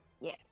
Yes